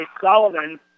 Sullivan